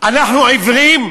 אנחנו עיוורים?